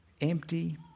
empty